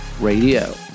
Radio